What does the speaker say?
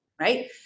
Right